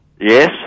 Yes